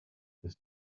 ist